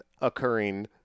occurring